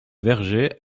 vergers